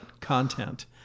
content